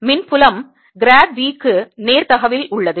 மின் புலம் grad V க்கு நேர்த் தகவில் உள்ளது